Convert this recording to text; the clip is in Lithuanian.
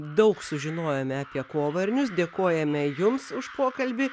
daug sužinojome apie kovarnius dėkojame jums už pokalbį